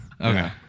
Okay